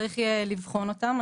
נכון, וצריך יהיה לבחון אותם.